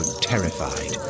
terrified